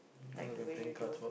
like the way you do